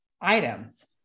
items